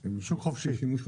הם שימוש חופשי.